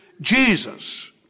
Jesus